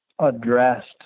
addressed